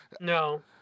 No